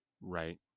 right